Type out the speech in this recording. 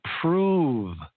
prove